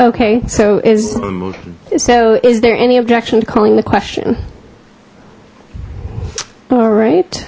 okay so is so is there any objection to calling the question all right